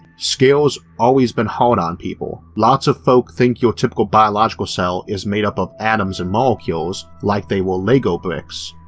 scale always been hard on people, lots of folks think your typical biological cell is made up of atoms and molecules like they were lego bricks,